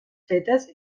fetes